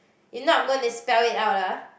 if not I'm going to spell it out ah